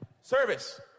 service